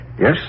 Yes